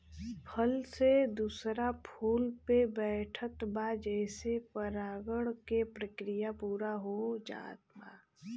फूल से दूसरा फूल पे बैठत बा जेसे परागण के प्रक्रिया पूरा हो जात बा